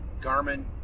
garmin